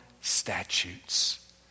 statutes